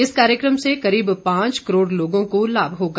इस कार्यक्रम से करीब पांच करोड़ लोगों को लाभ होगा